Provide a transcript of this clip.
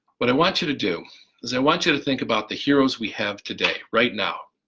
but i want you to do is i want you to think about the heroes we have today. right now